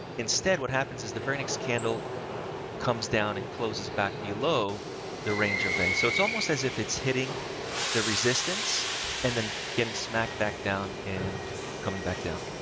instead, what happens is the very next candle comes down and closes back below the range of a so it's almost as if it's hitting the resistance and then getting smacked back down and coming back down.